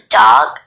dog